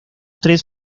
tres